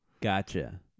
Gotcha